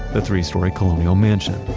the three story colonial mansion.